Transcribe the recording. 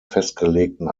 festgelegten